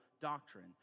doctrine